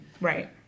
Right